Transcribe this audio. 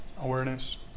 awareness